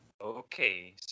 Okay